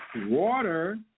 water